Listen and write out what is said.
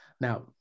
Now